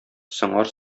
сыңар